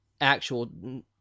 actual